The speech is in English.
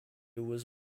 was